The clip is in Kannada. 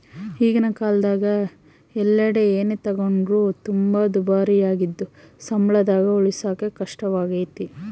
ಈಗಿನ ಕಾಲದಗ ಎಲ್ಲೆಡೆ ಏನೇ ತಗೊಂಡ್ರು ತುಂಬಾ ದುಬಾರಿಯಾಗಿದ್ದು ಸಂಬಳದಾಗ ಉಳಿಸಕೇ ಕಷ್ಟವಾಗೈತೆ